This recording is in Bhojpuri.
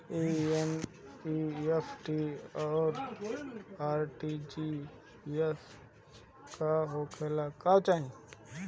ई एन.ई.एफ.टी और आर.टी.जी.एस का होखे ला?